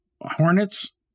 hornets